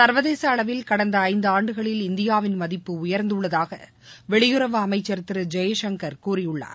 ச்வதேசஅளவில் கடந்தஐந்துஆண்டுகளில் இந்தியாவின் மதிப்பு உயர்ந்துள்ளதாகவெளியுறவு அமைச்சர் திருஜெயசங்கர் கூறியுள்ளார்